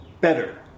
better